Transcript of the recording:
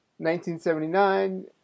1979